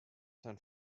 san